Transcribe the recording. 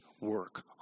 work